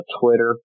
Twitter